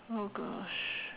oh gosh